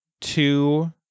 two